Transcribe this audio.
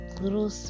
little